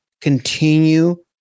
continue